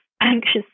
anxious